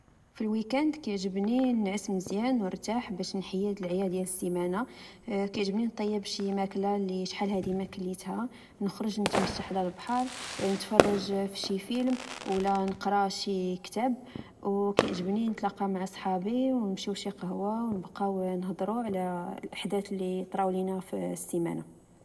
فالويكاند، كعجبني نعس مزيان ونرتاح باش نحيد لعيا ديال السيمانة.كعجبني نطيب شي ماكلة لشحال هادي مكليتها، نخرج نتمشى حدا البحر، نتفرج فشي فلم، ولا نقرى شي كتاب ، أو كعجبني نتلقا معا صحابي ونمشيو شي قهوة، ونبقاو نهدرو على الأحدات ليطراو لينا في السيمانة